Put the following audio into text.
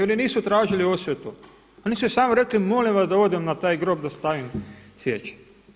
Oni nisu tražili osvetu, oni su samo rekli molim vas da odem na taj grob da stavim svijeće.